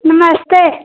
नमस्ते